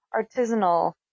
artisanal